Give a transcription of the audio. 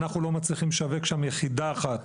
אנחנו לא מצליחים לשווק שם יחידה אחת.